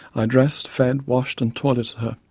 i dressed, fed, washed and toileted her.